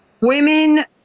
women